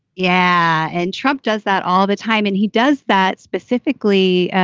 yeah. and trump does that all the time and he does that specifically.